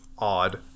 Odd